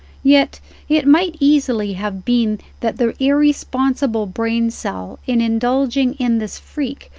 yet it might easily have been that the irresponsible brain-cell, in indulging in this freak,